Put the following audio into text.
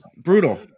brutal